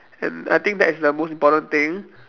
and I think that is the most important thing